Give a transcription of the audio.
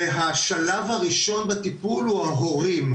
והשלב הראשון בטיפול הוא ההורים.